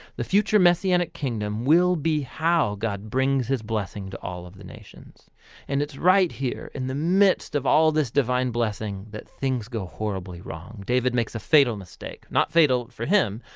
the future messianic kingdom will be how god brings his blessing to all of the nations and it's right here in the midst of all this divine blessing that things go horribly wrong. david makes a fatal mistake. not fatal for him,